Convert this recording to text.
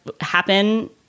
happen